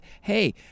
hey